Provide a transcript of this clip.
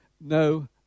No